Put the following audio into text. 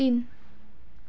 तिन